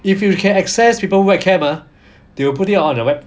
if you can access people webcam camera ah they will put it on the web